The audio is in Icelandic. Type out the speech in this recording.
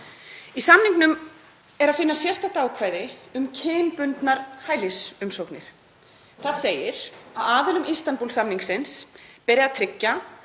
Í samningnum er að finna sérstakt ákvæði um kynbundnar hælisumsóknir. Þar segir að aðilum Istanbúl-samningsins beri að tryggja